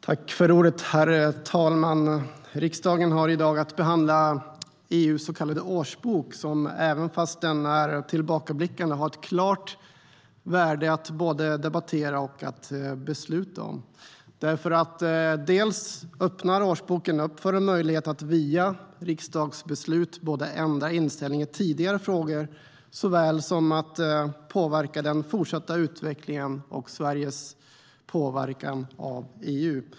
Herr talman! Riksdagen har i dag att behandla EU:s så kallade årsbok, som fastän den är tillbakablickande har ett klart värde att både debattera och besluta om. Årsboken öppnar för en möjlighet att via riksdagsbeslut både ändra inställning i tidigare frågor och påverka den fortsatta utvecklingen av EU.